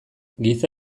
giza